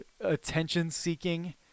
attention-seeking